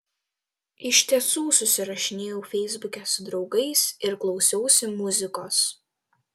iš tiesų susirašinėjau feisbuke su draugais ir klausiausi muzikos